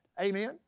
Amen